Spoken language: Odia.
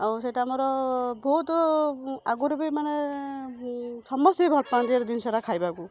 ଆଉ ସେଇଟା ମୋର ବହୁତ ଆଗୁରୁ ବି ମାନେ ସମସ୍ତେ ଭଲପାଆନ୍ତି ଏରା ଜିନିଷରା ଖାଇବାକୁ